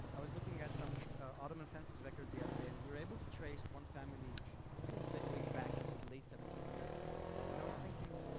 i was looking at some ottoman census records the other day and we were able to trace one family all the but way back into the late seventeen hundreds and i was thinking